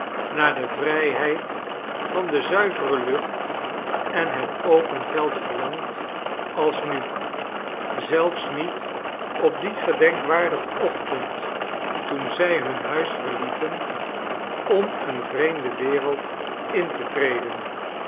naar de vrijheid van de zuivere lucht en het open veld verlangd als nu zelfs niet op dien gedenkwaardigen ochtend toen zij hun huis verlieten om eene vreemde wereld in te treden